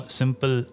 simple